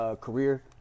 career